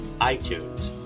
iTunes